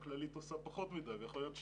שהכללית עושה פחות מדי ויכול להיות שניהם.